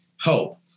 hope